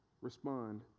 respond